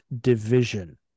division